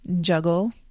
juggle